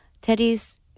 Teddy's